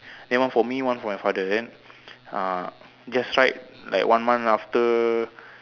then one for me one for my father then uh just tried like one month after